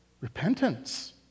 repentance